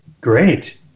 great